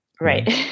Right